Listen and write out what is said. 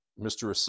Mr